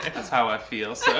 that's how i feel, so.